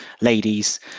ladies